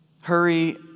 Hurry